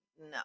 No